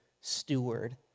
steward